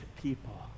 people